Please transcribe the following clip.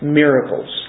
miracles